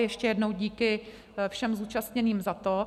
Ještě jednou díky všem zúčastněným za to.